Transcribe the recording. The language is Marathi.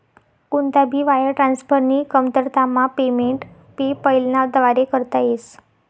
कोणता भी वायर ट्रान्सफरनी कमतरतामा पेमेंट पेपैलना व्दारे करता येस